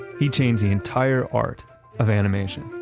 he changed the entire art of animation.